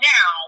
Now